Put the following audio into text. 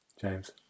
James